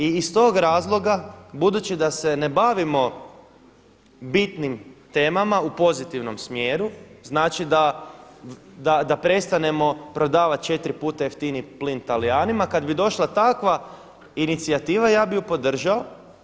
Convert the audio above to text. I iz tog razloga budući da se ne bavimo bitnim temama u pozitivnom smjeru, znači da prestanemo prodavati četiri puta jeftiniji plin Talijanima, kada bi došla takva inicijativa ja bi ju podržao.